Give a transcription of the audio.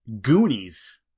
Goonies